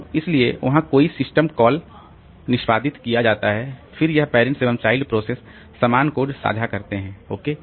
तो इसलिए वहां फोर्क सिस्टम कॉल निष्पादित किया जाता है फिर यह पेरेंट्स एवं चाइल्ड प्रोसेस समान कोड साझा करते हैं ओके